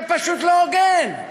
זה פשוט לא הוגן.